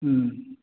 ꯎꯝ